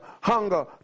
hunger